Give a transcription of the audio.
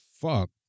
fuck